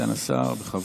סגן השר, בכבוד.